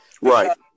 right